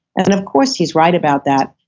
and of course he's right about that.